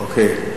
אוקיי.